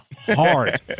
hard